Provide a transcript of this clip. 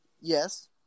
yes